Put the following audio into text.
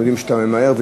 אנחנו יודעים שאתה ממהר,